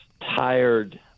tired